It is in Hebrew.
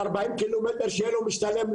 40 ק"מ שיהיה לו משתלם,